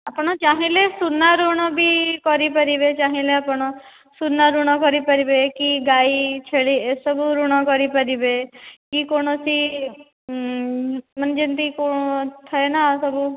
ଆପଣ ଚାହିଁଲେ ସୁନା ଋଣ ବି କରି ପାରିବେ ଚାହିଁଲେ ଆପଣ ସୁନା ଋଣ କରି ପାରିବେ କି ଗାଈ ଛେଳି ଏସବୁ ଋଣ କରି ପାରିବେ କି କୌଣସି ମାନେ ଯେମିତି ଥାଏ ନା ଆଉ ସବୁ